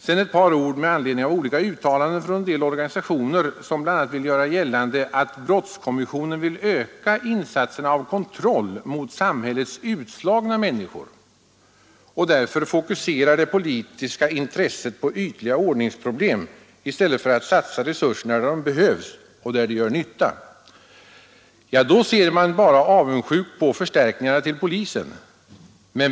Sedan vill jag säga några ord med anledning av uttalanden från en del organisationer, som bl.a. vill göra gällande att brottskommissionen vill öka insatserna av kontroll mot samhällets utslagna människor och därför fokuserar det politiska intresset på ytliga ordningsproblem i stället för att satsa resurserna där de behövs och där de gör nytta. — De som anser det ser bara avundsjukt på förstärkningar till polisen.